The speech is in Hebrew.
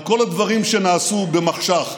על כל הדברים שנעשו במחשך,